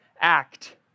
act